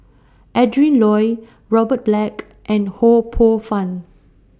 Adrin Loi Robert Black and Ho Poh Fun